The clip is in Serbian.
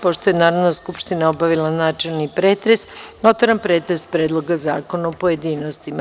Pošto je Narodna skupština obavila načelni pretres, otvaram pretres Predloga zakona u pojedinostima.